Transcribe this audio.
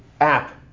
app